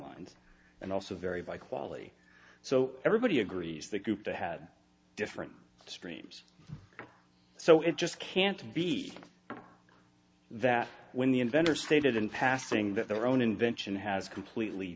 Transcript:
timelines and also vary by quality so everybody agrees that group they had different streams so it just can't be that when the inventor stated in passing that their own invention has completely